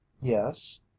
Yes